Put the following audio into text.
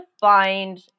find